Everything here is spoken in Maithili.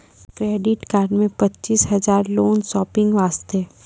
क्रेडिट कार्ड मे पचीस हजार हजार लोन शॉपिंग वस्ते?